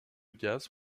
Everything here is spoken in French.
gaz